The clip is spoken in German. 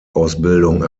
ausbildung